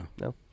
No